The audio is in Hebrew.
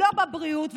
לא בבריאות,